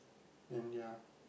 and ya